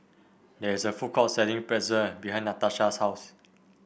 there is a food court selling Pretzel behind Natasha's house